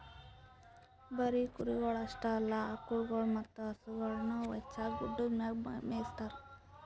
ಬರೀ ಕುರಿಗೊಳ್ ಅಷ್ಟೆ ಅಲ್ಲಾ ಆಕುಳಗೊಳ್ ಮತ್ತ ಹಸುಗೊಳನು ಹೆಚ್ಚಾಗಿ ಗುಡ್ಡದ್ ಮ್ಯಾಗೆ ಮೇಯಿಸ್ತಾರ